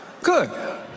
good